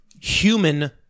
human